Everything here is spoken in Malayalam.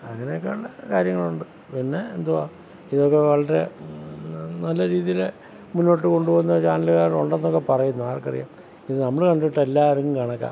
അങ്ങനെയൊക്കെയാണ് കാര്യങ്ങളുണ്ട് പിന്നെ എന്തുവാ ഇതൊക്കെ വളരെ നല്ല രീതിയിൽ മുന്നോട്ട് കൊണ്ടുപോകുന്ന ചാനലുകാർ ഉണ്ടെന്നൊക്കെ പറയുന്നു ആർക്കറിയാം ഇത് നമ്മൾ കണ്ടിട്ട് എല്ലാവരും കണക്കാണ്